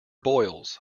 boils